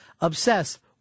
obsessed